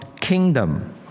kingdom